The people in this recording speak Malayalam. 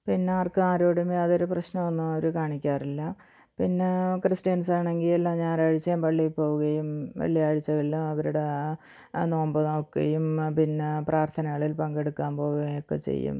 പിന്നെ ആർക്കും ആരോടും യാതൊരു പ്രശ്നവും ഒന്നും അവർ കാണിക്കാറില്ല പിന്നെ ക്രിസ്ത്യൻസാണെങ്കിൽ എല്ലാ ഞായറാഴ്ച്ചയും പള്ളിയിൽ പോവുകയും വെള്ളിയാഴ്ച്ചകളിൽ അവരുടെ നോമ്പ് നോക്കുകയും പിന്നെ പ്രാർത്ഥനകളിൽ പങ്കെടുക്കാൻ പോവുകയുമൊക്കെ ചെയ്യും